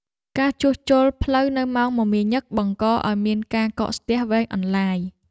ការជួសជុលផ្លូវនៅម៉ោងមមាញឹកបង្កឱ្យមានការកកស្ទះវែងអន្លាយ។